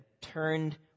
turned